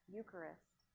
Eucharist